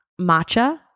Matcha